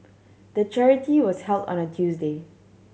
the charity was held on a Tuesday